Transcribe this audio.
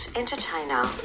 entertainer